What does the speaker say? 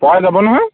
পাই যাব নহয়